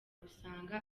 gusanga